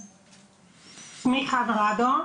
שמי חנה רדו,